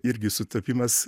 irgi sutapimas